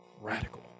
Radical